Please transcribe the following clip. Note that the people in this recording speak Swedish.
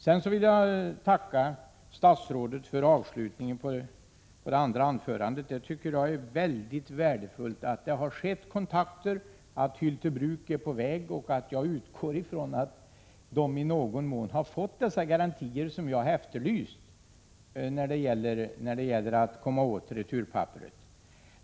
Sedan vill jag tacka statsrådet för avslutningen på hennes andra inlägg. Det är mycket värdefullt att kontakter har ägt rum och att Hyltebruk så att säga är på väg härvidlag. Jag utgår från att Hyltebruk i någon mån har fått de garantier som jag har efterlyst när det gäller att ta hand om returpapper.